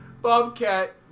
Bobcat